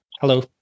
hello